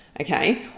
okay